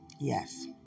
Yes